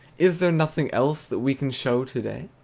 is there nothing else that we can show to-day?